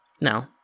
No